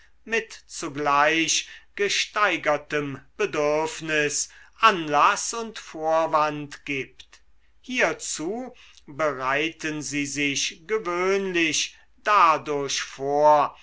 mit zugleich gesteigertem bedürfnis anlaß und vorwand gibt hierzu bereiten sie sich gewöhnlich dadurch vor